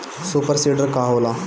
Super seeder का होला?